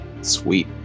Sweet